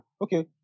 Okay